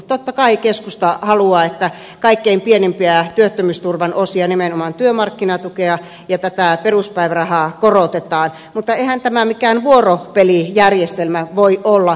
totta kai keskusta haluaa että kaikkein pienimpiä työttömyysturvan osia nimenomaan työmarkkinatukea ja tätä peruspäivärahaa korotetaan mutta eihän tämä mikään vuoropelijärjestelmä voi olla